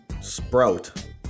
sprout